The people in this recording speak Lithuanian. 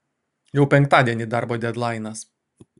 jau penktadienį darbo dedlainas